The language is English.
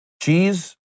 Cheese